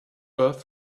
earth